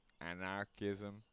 anarchism